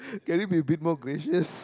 can you bit a bit more gracious